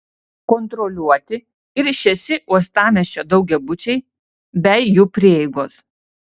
kontroliuoti ir šeši uostamiesčio daugiabučiai bei jų prieigos